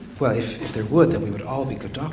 well if there would then we would all be good um